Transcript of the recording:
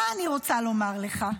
מה אני רוצה לומר לך?